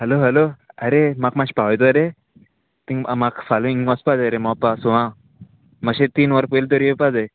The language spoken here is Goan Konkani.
हॅलो हॅलो आरे म्हाका मातशें पावयतो रे थिंगा म्हाका फाल्यां हिंगा वचपा जाय रे मोपा सोवा मातशें तीन वर पयलीं तरी येवपा जाय